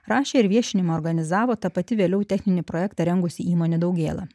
rašė ir viešinimo organizavo ta pati vėliau techninį projektą rengusi įmonė daugėla